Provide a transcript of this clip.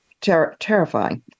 terrifying